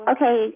Okay